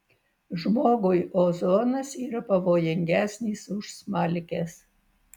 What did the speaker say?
žmogui ozonas yra pavojingesnis už smalkes